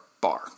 bar